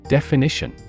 Definition